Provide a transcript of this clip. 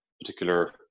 particular